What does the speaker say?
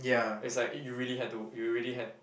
it's like you really had to you really had